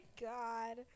God